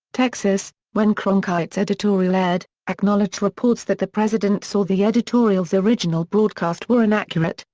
texas, when cronkite's editorial aired, acknowledged reports that the president saw the editorial's original broadcast were inaccurate,